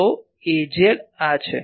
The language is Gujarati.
તો Az આ છે